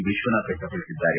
ವಿಶ್ವನಾಥ್ ವ್ಯಕ್ತಪಡಿಸಿದ್ದಾರೆ